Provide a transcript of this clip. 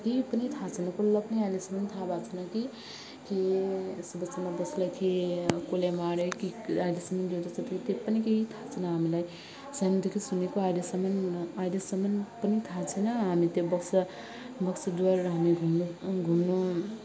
केही पनि थाहा छैन कसलाई पनि अहिलेसम्म थाहा भएको छैन कि कि सुभाषचन्द्र बोसलाई कि कसले माऱ्यो कि अहिलेसम्म जुन चाहिँ चाहिँ थियो पनि केही थाहा छैन हामीलाई सानोदेखि सुनेको अहिलेसम्म अहिलेसम्म पनि थाहा छैन हामी त्यो बक्सा बक्सा डुवर्स हामी घुम्नु घुम्नु